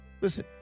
Listen